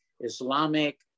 Islamic